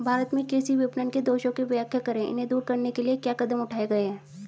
भारत में कृषि विपणन के दोषों की व्याख्या करें इन्हें दूर करने के लिए क्या कदम उठाए गए हैं?